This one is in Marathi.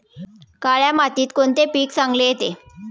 काळ्या मातीत कोणते पीक चांगले येते?